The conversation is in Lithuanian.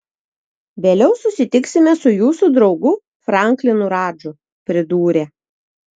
vėliau susitiksime su jūsų draugu franklinu radžu pridūrė